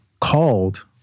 called